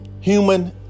human